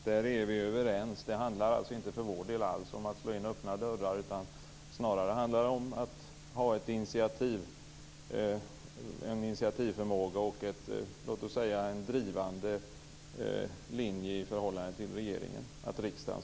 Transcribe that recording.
Fru talman! Vi är överens. Det handlar inte för vår del om att slå in öppna dörrar. Snarare handlar det om initiativförmåga och att riksdagen skall ha en drivande linje i förhållande till regeringen.